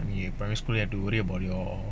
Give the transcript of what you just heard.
you in primary school you have to worry about your